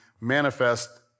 manifest